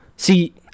See